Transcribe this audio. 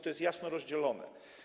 To jest jasno rozdzielone.